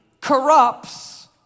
corrupts